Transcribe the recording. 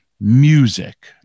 music